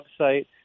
website